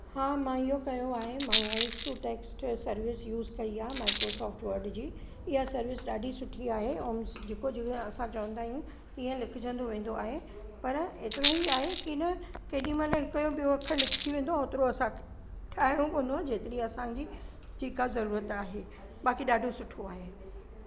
हा मां इहो कयो आहे मां voice to text service use कई आहे माइक्रोसोफ्ट वर्ड जी ईअ सर्विस ॾाढी सुठी आहे ऐं जेको जीअं असां चवंदा आहियूं तीअं लिखजंदो वेंदो आहे पर एतिरो ई आहे की न केॾीमहिल हिकु जो ॿियों अख़र लिखिजी वेंदो आहे होतिरो असांखे ठाहिणो पवंदो जेतिरी असांजी चीका ज़रूरत आहे बाक़ी ॾाढो सुठो आहे